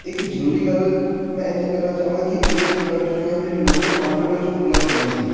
ਇੱਕ ਜ਼ਰੂਰੀ ਗੱਲ ਮੈਂ ਇੱਥੇ ਕਰਨਾ ਚਾਹਾਂਗਾ ਕਿ ਇਹ ਪ੍ਰੋਡਕਟ ਜੋ ਹੈ ਮੇਰੇ ਲੋਕਲ ਮਾਰਕੀਟ ਵਿੱਚ ਉਪਲਬਧ ਨਹੀਂ ਸੀ